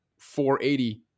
480